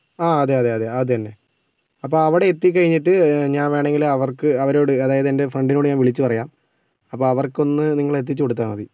ആ അതേയതേയതേ അതുതന്നെ അപ്പോൾ അവിടെ എത്തി കഴിഞ്ഞിട്ട് ഞാൻ വേണമെങ്കിൽ അവർക്ക് അവരോട് അതായത് എൻ്റെ ഫ്രണ്ടിനോട് ഞാൻ വിളിച്ചു പറയാം അപ്പോൾ അവർക്കൊന്ന് നിങ്ങള് എത്തിച്ചുകൊടുത്താൽ മതി